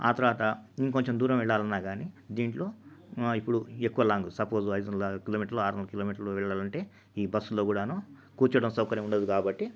ఆ తరువాత ఇంకొంచెం దూరం వెళ్ళాలి అన్నా కానీ దీంట్లో ఇప్పుడు ఎక్కువ లాంగు సపోసు ఐదు వందల కిలోమీటర్లు ఆరు వందల కిలోమీటర్లు వెళ్లాలంటే ఈ బస్సులో కూడానూ కూర్చోవడం సౌకర్యం ఉండదు కాబట్టి